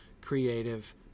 creative